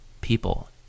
people